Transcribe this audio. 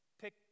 pick